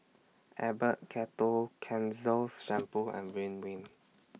Abbott Ketoconazole Shampoo and Ridwind